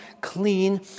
clean